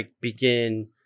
begin